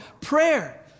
prayer